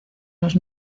los